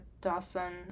Dawson